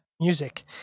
music